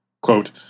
Quote